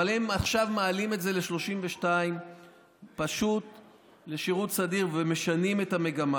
אבל הם עכשיו מעלים את זה ל-32 לשירות סדיר ומשנים את המגמה,